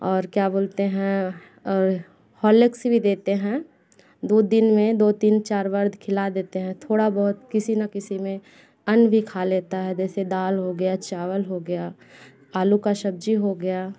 और क्या बोलते हैं और हॉर्लिक्स भी देते हैं दूध दिन में दो तीन चार बार खिला देते हैं थोड़ा बहुत किसी न किसी में अन्न भी खा लेता हैं जैसे दाल हो गया चावल हो गया आलू का सब्जी हो गया